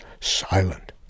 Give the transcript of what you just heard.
silent